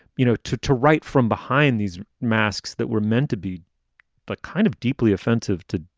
you know, to to write from behind these masks that were meant to be but kind of deeply offensive to,